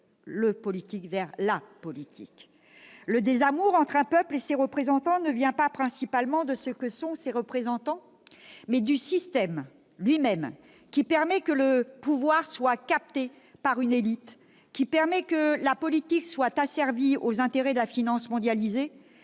le peuple vers la politique. Le désamour entre un peuple et ses représentants ne vient pas principalement de ce que sont ces derniers, mais du système lui-même, qui permet que le pouvoir soit capté par une élite, qui permet que la politique soit asservie aux intérêts de la finance mondialisée.